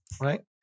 Right